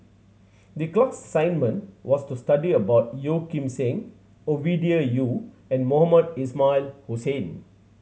the class assignment was to study about Yeo Kim Seng Ovidia Yu and Mohamed Ismail Hussain